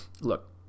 Look